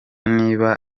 niba